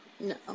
no